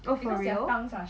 oh for real